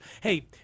hey